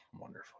Wonderful